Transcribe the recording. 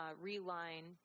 reline